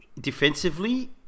defensively